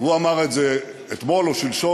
הוא אמר את זה אתמול או שלשום,